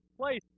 place